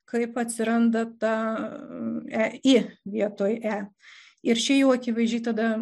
kaip atsiranda ta e i vietoj e ir čia jau akivaizdžiai tada